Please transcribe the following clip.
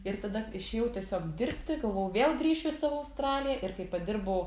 ir tada išėjau tiesiog dirbti galvojau vėl grįšiu į savo australiją ir kaip padirbau